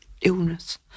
illness